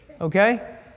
okay